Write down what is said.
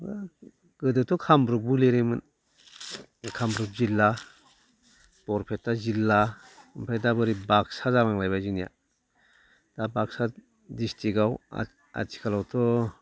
गोदोथ' कामरुपबो लिरोमोन कामरुप जिल्ला बरपेटा जिल्ला ओमफ्राय दा बोरै बाक्सा जालां लायबाय जोंनिया दा बाक्सा डिस्ट्रिक्टआव आथिखालावथ'